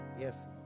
Yes